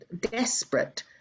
desperate